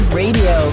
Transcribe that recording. radio